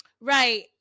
Right